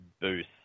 booth